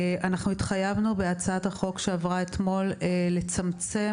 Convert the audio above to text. אנחנו התחייבנו בהצעת החוק שעברה אתמול לצמצם